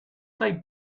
they